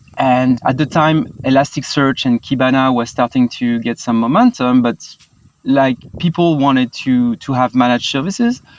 and at the time, elasticsearch and kibana was starting to get some momentum, but like people wanted to to have managed services,